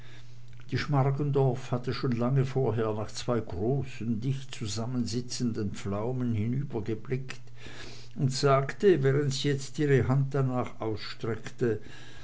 die schmargendorf hatte schon lange vorher nach zwei großen dicht zusammensitzenden pflaumen hinübergeblickt und sagte während sie jetzt ihre hand danach ausstreckte